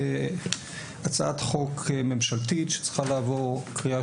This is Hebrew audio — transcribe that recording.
יש הצעת חוק ממשלתית שצריכה לעבור קריאה